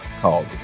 called